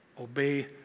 Obey